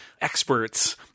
experts